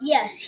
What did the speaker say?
Yes